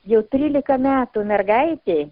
jau trylika metų mergaitei